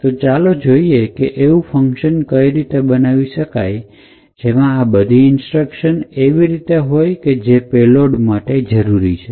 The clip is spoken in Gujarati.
તો ચાલો જોઈએ કે એવું ફંકશન કઈ રીતે બનાવી શકાય કે જેમાં આ બધી ઇન્સ્ટ્રક્શન એવી રીતે હોય કે જે પેલોડ માટે જરૂરી છે